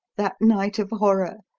that night of horror,